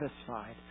satisfied